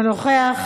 לא שמעתי,